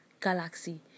galaxy